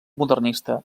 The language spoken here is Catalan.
modernista